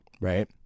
right